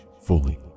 fully